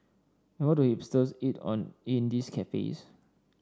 how do hipsters eat on in these cafes